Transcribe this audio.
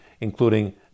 including